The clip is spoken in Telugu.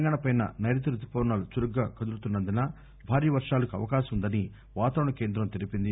తెలంగాణపై నైరుతి రుతుపవనాలు చురుగ్గా కదులుతున్నందున భారీ వర్వాలకు అవకాశం వుందని వాతావరణ కేందం తెలిపింది